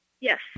Yes